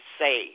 say